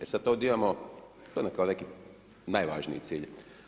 E sad ovdje imamo, to je kao neki najvažniji cilj.